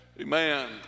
Amen